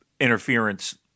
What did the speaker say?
interference